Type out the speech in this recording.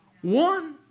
One